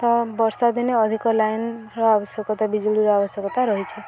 ତ ବର୍ଷା ଦିନେ ଅଧିକ ଲାଇନ୍ର ଆବଶ୍ୟକତା ବିଜୁଳିର ଆବଶ୍ୟକତା ରହିଛି